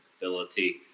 ability